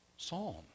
Psalm